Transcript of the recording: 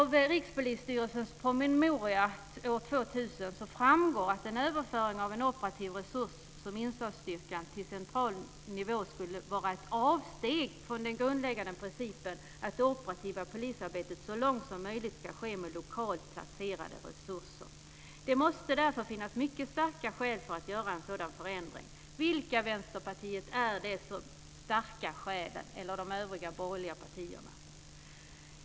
Av Rikspolisstyrelsens promemoria år 2000 framgår att en överföring av en operativ resurs, att föra över insatsstyrkan till central nivå, skulle vara ett avsteg från den grundläggande principen att det operativa polisarbetet så långt som möjligt ska ske med lokalt placerade resurser. Det måste därför finnas mycket starka skäl för att göra en sådan förändring. Vilka, Vänsterpartiet och de borgerliga partierna, är de starka skälen?